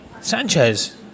Sanchez